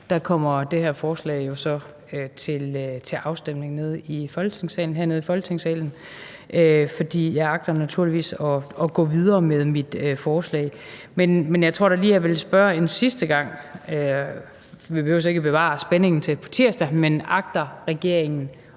er, kommer det her forslag til afstemning hernede i Folketingssalen. For jeg agter naturligvis at gå videre med mit forslag. Jeg tror dog lige, at jeg vil spørge en sidste gang, for vi behøver ikke at bevare spændingen til på tirsdag: Agter regeringen